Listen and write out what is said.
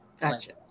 Gotcha